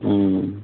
ہوں